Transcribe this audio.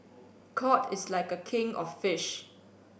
cod is like a king of fish